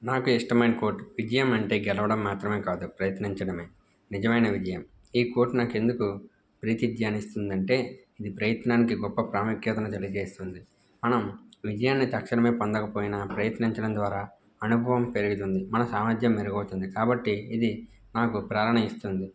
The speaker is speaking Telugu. నాకు ఇష్టమైన కోర్ట్ విజయం అంటే గెలవడం మాత్రమే కాదు ప్రయత్నించడమే నిజమైన విజయం ఈ కోర్ట్ నాకెందుకు ప్రీతి ధ్యాన్నిస్తుందంటే ఇది ప్రయత్నానికి గొప్ప ప్రాముఖ్యతను తెలిజేస్తుంది మనం విజయాన్ని తక్షణమే పొందకపోయినా ప్రయత్నించడం ద్వారా అనుభవం పెరుగుతుంది మన సామర్ధ్యం మెరుగవుతుంది కాబట్టి ఇది నాకు ప్రేరణ ఇస్తుంది